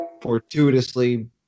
fortuitously